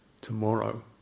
tomorrow